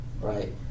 right